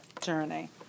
journey